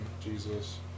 Jesus